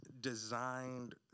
designed